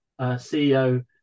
CEO